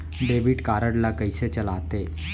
Debit card ला कइसे चलाते?